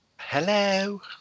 Hello